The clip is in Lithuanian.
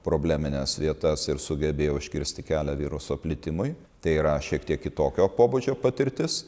problemines vietas ir sugebėjo užkirsti kelią viruso plitimui tai yra šiek tiek kitokio pobūdžio patirtis